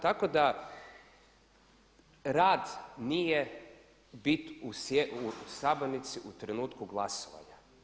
Tako da rad nije bit u sabornici u trenutku glasovanja.